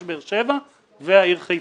יש את באר שבע ואת העיר חיפה.